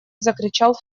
закричал